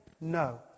no